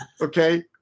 Okay